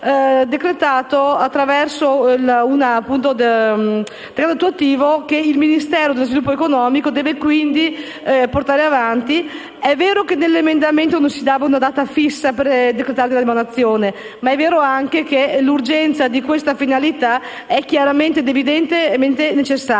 decreto attuativo che il Ministero dello sviluppo economico deve quindi portare avanti. È vero che nell'emendamento non si dava una data fissa per decretarne l'emanazione, ma è vero anche che l'urgenza di questa finalità è evidente. Abbiamo